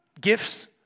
Gifts